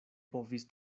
povis